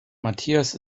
matthias